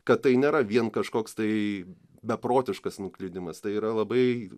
kad tai nėra vien kažkoks tai beprotiškas nuklydimas tai yra labai